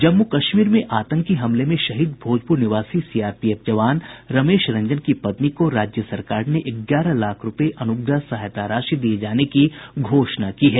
जम्मू कश्मीर में आतंकी हमले में शहीद भोजपुर निवासी सीआरपीएफ जवान रमेश रंजन की पत्नी को राज्य सरकार ने ग्यारह लाख रूपये अनुग्रह सहायता राशि दिये जाने की घोषणा की है